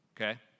Okay